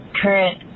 current